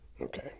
okay